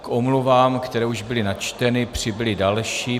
K omluvám, které už byly načteny, přibyly další.